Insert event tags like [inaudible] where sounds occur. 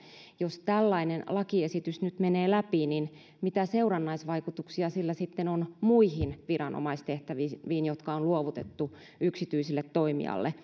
jos tällainen lakiesitys nyt menee läpi niin mitä seurannaisvaikutuksia sillä sitten on muille viranomaistehtäville jotka on luovutettu yksityiselle toimijalle [unintelligible]